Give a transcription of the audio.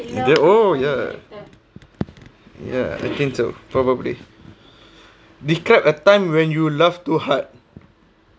the oh yeah ya I think so probably describe a time when you love too hard